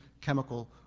chemical